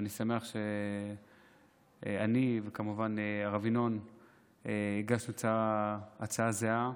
ואני שמח שאני והרב ינון הגשנו הצעה זהה.